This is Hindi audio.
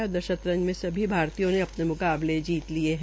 उधर शतरंज में सभी भारतीयों ने आने म्काबले जीत लिये है